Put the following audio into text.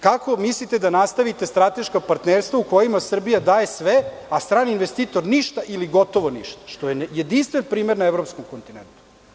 Kako mislite da nastavite strateška partnerstva u kojima Srbija daje sve, a strani investitor ništa ili gotovo ništa, što je jedinstven primer na evropskom kontinentu?